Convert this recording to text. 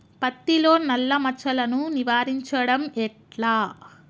పత్తిలో నల్లా మచ్చలను నివారించడం ఎట్లా?